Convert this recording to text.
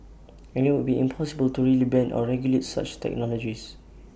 and IT would be impossible to really ban or regulate such technologies